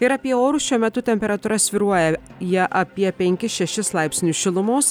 ir apie orus šiuo metu temperatūra svyruoja jie apie penkis šešis laipsnius šilumos